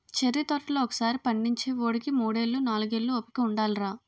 cherry తోటలు ఒకసారి పండించేవోడికి మూడేళ్ళు, నాలుగేళ్ళు ఓపిక ఉండాలిరా